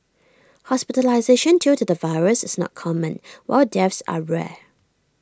hospitalisation due to the virus is not common while deaths are rare